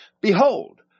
Behold